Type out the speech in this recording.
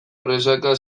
presaka